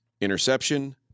Interception